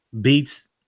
beats